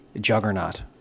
juggernaut